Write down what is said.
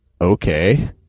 Okay